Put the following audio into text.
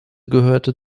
gehörte